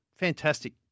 Fantastic